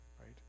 right